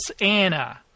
Anna